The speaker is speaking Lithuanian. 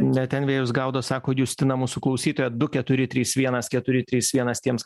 ne ten vėjus gaudo sako justina mūsų klausytoja du keturi trys vienas keturi trys vienas tiems